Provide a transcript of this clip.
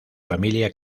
familia